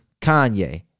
Kanye